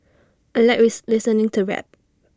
I Like read listening to rap